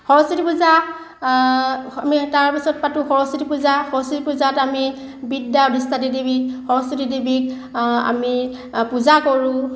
সৰস্বতী পূজা আমি তাৰপিছত পাতোঁ সৰস্বতী পূজা সৰস্বতী পূজাত আমি বিদ্যাৰ অধিষ্ঠাত্ৰী দেৱী সৰস্বতী দেৱীক আমি পূজা কৰোঁ